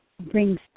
brings